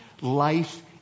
life